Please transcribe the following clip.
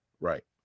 right